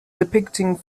depicting